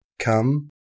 come